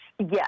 Yes